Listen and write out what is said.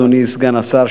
אדוני סגן השר,